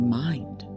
mind